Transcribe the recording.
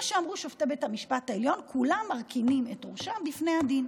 כמו שאמרו שופטי בית המשפט העליון: כולם מרכינים את ראשם בפני הדין.